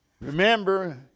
Remember